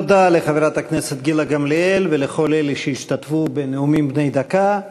תודה לחברת הכנסת גילה גמליאל ולכל אלה שהשתתפו בנאומים בני דקה.